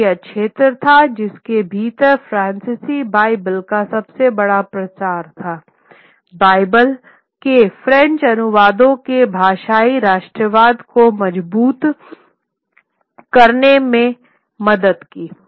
क्योंकि वह क्षेत्र था जिसके भीतर फ्रांसीसी बाइबिल का सबसे बड़ा प्रसार थाबाइबल के फ़्रेंच अनुवादों ने भाषाई राष्ट्रवाद को मजबूत करने में मदद की